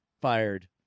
fired